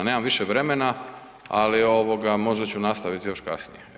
Nemam više vremena, ali možda ću nastaviti još kasnije.